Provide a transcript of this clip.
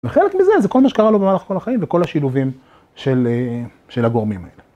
וחלק מזה זה כל מה שקרה לו במהלך כל החיים וכל השילובים של הגורמים האלה.